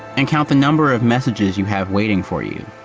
and count the number of messages you have waiting for you.